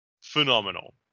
Phenomenal